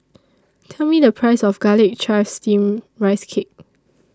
Tell Me The Price of Garlic Chives Steamed Rice Cake